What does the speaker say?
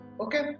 okay